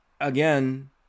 again